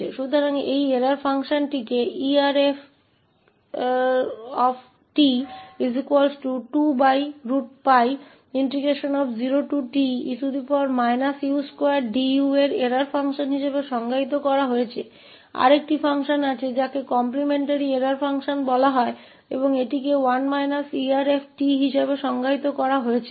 तो इस त्रुटि फ़ंक्शन को erf2√𝜋0te u2du के त्रुटि फ़ंक्शन के रूप में परिभाषित किया गया है एक और फ़ंक्शन है जिसे मानार्थ त्रुटि फ़ंक्शन कहा जाता है और इसे 1 erf के रूप में परिभाषित किया जाता है